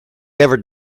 never